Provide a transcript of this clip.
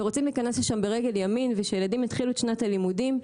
רוצים להיכנס לשם ברגל ימין ושהילדים יתחילו את שנת הלימודים.